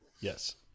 Yes